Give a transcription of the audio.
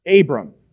Abram